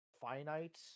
finite